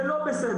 זה לא בסדר.